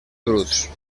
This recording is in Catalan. bruts